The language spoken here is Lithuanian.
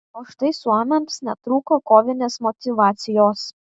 o štai suomiams netrūko kovinės motyvacijos